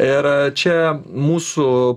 ir čia mūsų